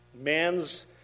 Man's